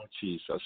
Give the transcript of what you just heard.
Jesus